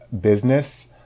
business